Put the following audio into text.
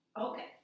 Okay